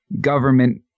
government